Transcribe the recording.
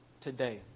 Today